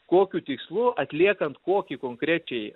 kokiu tikslu atliekant kokį konkrečiai